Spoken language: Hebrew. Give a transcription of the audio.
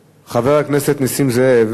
אני, חבר הכנסת נסים זאב.